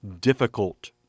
difficult